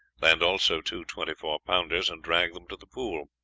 land also two twenty-four pounders, and drag them to the pool.